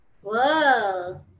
Whoa